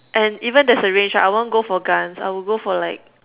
and even there's a range right I won't go for guns I will go for like